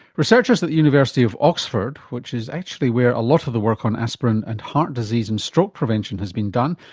researchers at the university of oxford, which is actually where a lot of the work on aspirin and heart disease and stroke prevention has been done,